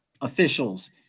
officials